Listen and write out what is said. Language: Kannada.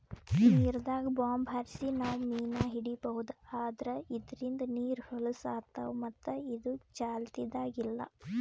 ನೀರ್ದಾಗ್ ಬಾಂಬ್ ಹಾರ್ಸಿ ನಾವ್ ಮೀನ್ ಹಿಡೀಬಹುದ್ ಆದ್ರ ಇದ್ರಿಂದ್ ನೀರ್ ಹೊಲಸ್ ಆತವ್ ಮತ್ತ್ ಇದು ಚಾಲ್ತಿದಾಗ್ ಇಲ್ಲಾ